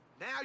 Now